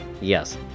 Yes